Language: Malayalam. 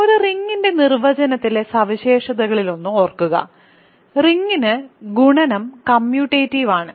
ഒരു റിങ്ങിന്റെ നിർവചനത്തിലെ സവിശേഷതകളിലൊന്ന് ഓർക്കുക റിങ്ങിന്റെ ഗുണനം കമ്മ്യൂട്ടേറ്റീവ് ആണ്